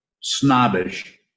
snobbish